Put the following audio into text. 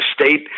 State